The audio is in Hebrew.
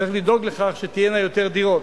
צריך לדאוג לכך שתהיינה יותר דירות.